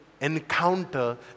Encounter